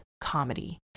comedy